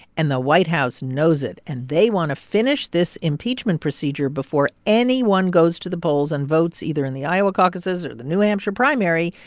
and the white house knows it, and they want to finish this impeachment procedure before anyone goes to the polls and votes either in the iowa caucuses or the new hampshire primary.